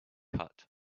cut